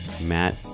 Matt